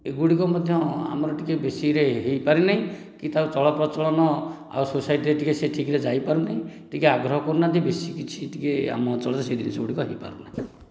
ଏଗୁଡ଼ିକ ମଧ୍ୟ ଆମର ଟିକେ ବେଶୀରେ ହୋଇପାରିନାହିଁ କି ତା ଚଳ ପ୍ରଚଳନ ଆଉ ସୋସାଇଟିରେ ଟିକେ ସେ ଠିକ୍ରେ ଯାଇପାରୁନାହିଁ ଟିକେ ଆଗ୍ରହ କରୁନାହାନ୍ତି ବେଶୀ କିଛି ଟିକେ ଆମ ଅଞ୍ଚଳରେ ସେହି ଜିନିଷ ଗୁଡ଼ିକ ହୋଇପାରୁନାହିଁ